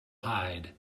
hide